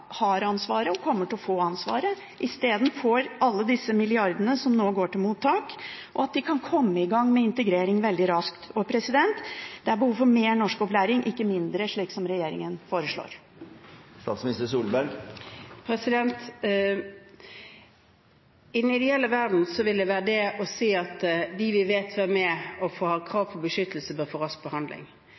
har ansvaret, i stedet får alle disse milliardene som nå går til mottak, slik at de kan komme i gang med integreringen veldig raskt. Og det er behov for mer norskopplæring, ikke mindre, slik regjeringen foreslår. I den ideelle verden ville vi si at de vi vet hvem er, og som har krav på beskyttelse, bør få rask behandling.